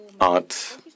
Art